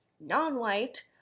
non-white